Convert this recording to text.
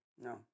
No